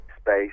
space